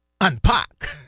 unpack